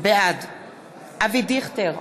בעד אבי דיכטר,